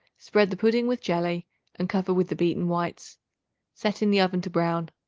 spread the pudding with jelly and cover with the beaten whites set in the oven to brown.